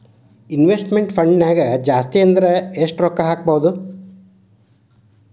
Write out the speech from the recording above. Investment ಫಂಡ್ನ್ಯಾಗ ಜಾಸ್ತಿ ಅಂದ್ರ ಯೆಷ್ಟ್ ರೊಕ್ಕಾ ಹಾಕ್ಬೋದ್?